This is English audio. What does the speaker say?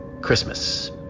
Christmas